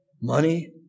money